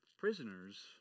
prisoners